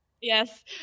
Yes